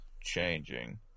changing